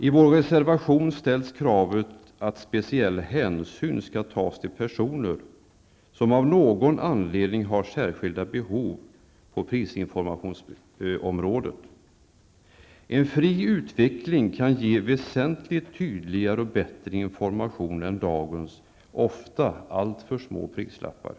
I vår reservation ställs kravet att speciell hänsyn skall tas till personer som av någon anledning har särskilda behov på prisinformationsområdet. En fri utveckling kan ge väsentligt tydligare och bättre information än dagens ofta alltför små prislappar.